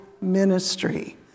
ministry